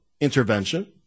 intervention